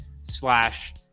slash